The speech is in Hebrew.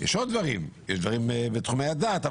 יש עוד דברים בתחומי הדת,